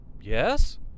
yes